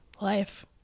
life